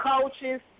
coaches